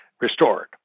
restored